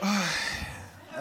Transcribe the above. הרצנו, שלוש דקות.